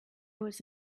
was